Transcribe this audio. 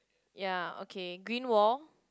ya okay green wall